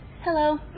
hello